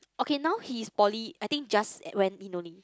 okay now he is poly I think just went in only